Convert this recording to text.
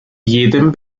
jedem